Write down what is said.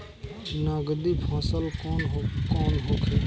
नकदी फसल कौन कौनहोखे?